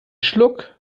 schluck